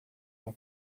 uma